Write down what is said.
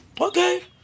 Okay